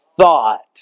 thought